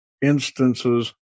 Instances